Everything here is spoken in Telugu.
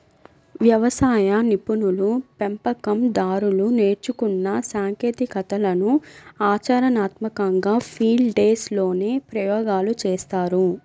వ్యవసాయ నిపుణులు, పెంపకం దారులు నేర్చుకున్న సాంకేతికతలను ఆచరణాత్మకంగా ఫీల్డ్ డేస్ లోనే ప్రయోగాలు చేస్తారు